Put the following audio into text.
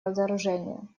разоружению